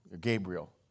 Gabriel